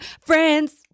friends